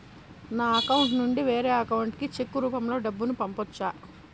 నా అకౌంట్ నుండి వేరే అకౌంట్ కి చెక్కు రూపం లో డబ్బును పంపొచ్చా?